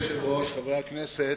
חבר הכנסת